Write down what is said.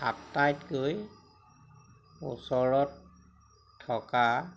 আটাইতকৈ ওচৰত থকা